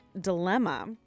Dilemma